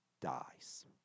dies